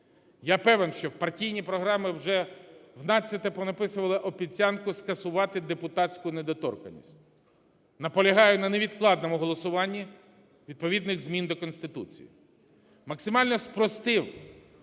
Я певен, що в партійні програми вже внадцяте понаписували обіцянку скасувати депутатську недоторканність. Наполягаю на невідкладному голосуванні відповідних змін до Конституції. Максимально спростив